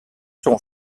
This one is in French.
seront